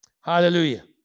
Hallelujah